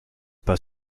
pas